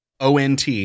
ONT